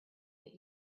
that